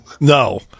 No